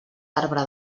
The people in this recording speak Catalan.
arbre